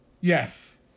Yes